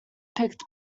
picked